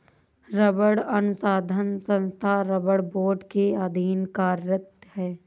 रबड़ अनुसंधान संस्थान रबड़ बोर्ड के अधीन कार्यरत है